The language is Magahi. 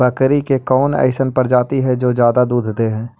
बकरी के कौन अइसन प्रजाति हई जो ज्यादा दूध दे हई?